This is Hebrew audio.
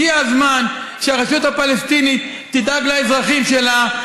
הגיע הזמן שהרשות הפלסטינית תדאג לאזרחים שלה,